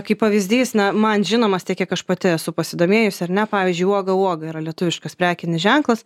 kaip pavyzdys na man žinomas tiek kiek aš pati esu pasidomėjusi ar ne pavyzdžiui uoga uoga yra lietuviškas prekinis ženklas